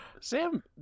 Sam